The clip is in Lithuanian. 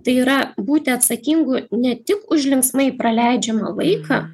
tai yra būti atsakingu ne tik už linksmai praleidžiamą laiką